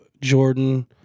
Jordan